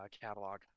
catalog